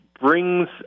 brings